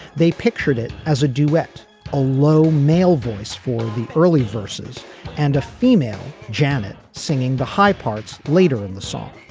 they pictured as a duet a low male voice for the early verses and a female janet singing the high parts. later in the song.